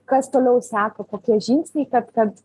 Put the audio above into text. kas toliau seka kokie žingsniai kad kad